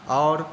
आओर